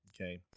okay